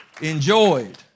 enjoyed